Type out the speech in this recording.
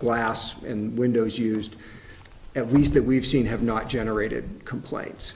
glass and windows used at least that we've seen have not generated complaints